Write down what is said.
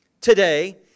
today